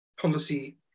policy